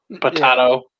potato